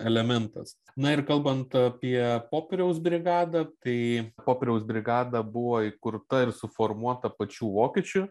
elementas na ir kalbant apie popieriaus brigadą tai popieriaus brigada buvo įkurta ir suformuota pačių vokiečių